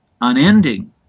unending